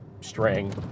string